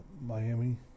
Miami